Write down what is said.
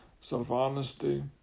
self-honesty